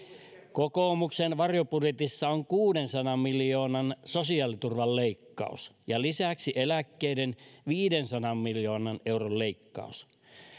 kokoomuksen varjobudjetissa on kuudensadan miljoonan sosiaaliturvan leikkaus ja lisäksi eläkkeiden viidensadan miljoonan euron leikkaus